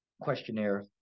questionnaire